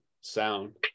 sound